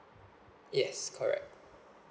yes correct